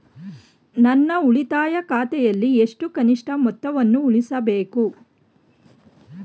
ನನ್ನ ಉಳಿತಾಯ ಖಾತೆಯಲ್ಲಿ ಎಷ್ಟು ಕನಿಷ್ಠ ಮೊತ್ತವನ್ನು ಉಳಿಸಬೇಕು?